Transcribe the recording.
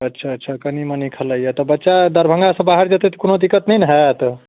अच्छा अच्छा कनी मनी खलाइया तऽ बच्चा दरभङ्गा सऽ बाहर जेतै तऽ कोनो दिक्कत नहि ने होयत